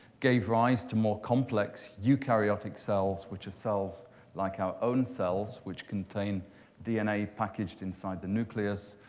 gave rise to more complex eukaryotic cells, which are cells like our own cells, which contain dna packaged inside the nucleus,